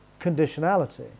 conditionality